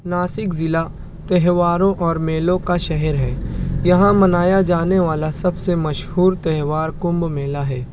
ناسک ضلع تہواروں اور میلوں کا شہر ہے یہاں منایا جانے والا سب سے مشہور تہوار کنبھ میلا ہے